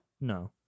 No